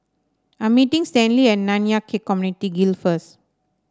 I'm meeting Stanley at Nanyang Khek Community Guild first